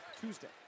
Tuesday